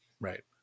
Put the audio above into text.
right